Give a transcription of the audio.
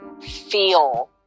feel